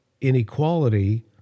inequality